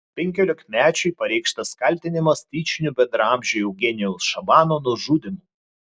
penkiolikmečiui pareikštas kaltinimas tyčiniu bendraamžio eugenijaus šabano nužudymu